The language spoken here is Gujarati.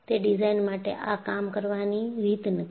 તે ડિઝાઇન માટે આ કામ કરવાની રીત નથી